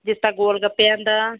ਜਿਸ ਤਰ੍ਹਾਂ ਗੋਲ ਗੱਪਿਆਂ ਦਾ